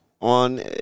on